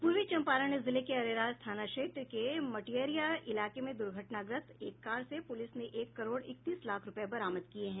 पूर्वी चम्पारण जिले के अरेराज थाना क्षेत्र के मटियरिया इलाके में दूर्घटनाग्रस्त एक कार से पुलिस ने एक करोड़ इकतीस लाख रूपये बरामद किये हैं